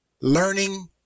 learning